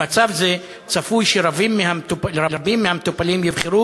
במצב זה צפוי שרבים מהמטופלים יבחרו